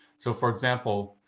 so, for example,